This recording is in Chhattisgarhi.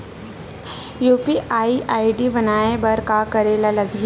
यू.पी.आई आई.डी बनाये बर का करे ल लगही?